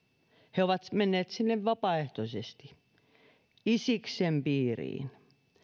he ovat menneet sinne vapaaehtoisesti isiksen piiriin